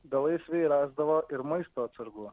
belaisviai rasdavo ir maisto atsargų